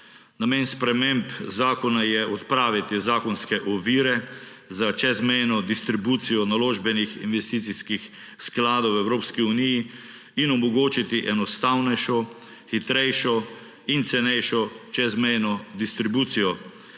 Namen sprememb zakona je odpraviti zakonske ovire za čezmejno distribucijo naložbenih investicijskih skladov v Evropski uniji in omogočiti enostavnejšo, hitrejšo in cenejšo čezmejno distribucijo.